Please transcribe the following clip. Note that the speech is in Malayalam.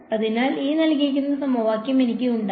അതിനാൽ എനിക്ക് ഉണ്ടായിരുന്നു